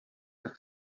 tak